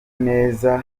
neza